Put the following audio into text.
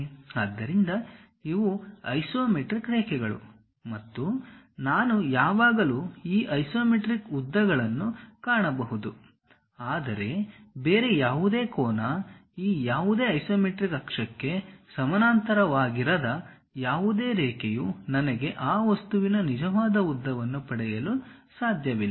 ಆದ್ದರಿಂದ ಇವು ಐಸೊಮೆಟ್ರಿಕ್ ರೇಖೆಗಳು ಮತ್ತು ನಾನು ಯಾವಾಗಲೂ ಈ ಐಸೊಮೆಟ್ರಿಕ್ ಉದ್ದಗಳನ್ನು ಕಾಣಬಹುದು ಆದರೆ ಬೇರೆ ಯಾವುದೇ ಕೋನ ಈ ಯಾವುದೇ ಐಸೊಮೆಟ್ರಿಕ್ ಅಕ್ಷಕ್ಕೆ ಸಮಾನಾಂತರವಾಗಿರದ ಯಾವುದೇ ರೇಖೆಯು ನನಗೆ ಆ ವಸ್ತುವಿನ ನಿಜವಾದ ಉದ್ದವನ್ನು ಪಡೆಯಲು ಸಾಧ್ಯವಿಲ್ಲ